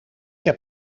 heb